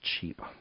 cheap